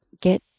get